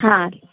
ಹಾಂ ರೀ